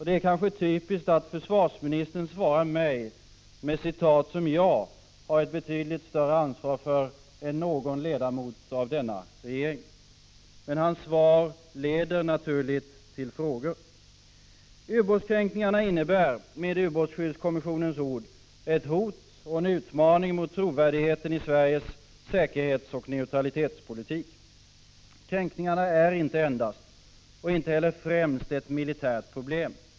Det är kanske typiskt att försvarsministern svarar mig med citat som jag har ett betydligt större ansvar för än någon ledamot av regeringen. Försvarsministerns svar leder — helt naturligt — till frågor. Ubåtskränkningarna innebär, med ubåtsskyddskommissionens ord, ”ett hot och en utmaning mot trovärdigheten i Sveriges säkerhetsoch neutralitetspolitik”. Kränkningarna är inte endast, och inte heller främst, ett militärt problem.